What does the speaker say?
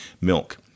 milk